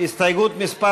הסתייגות מס'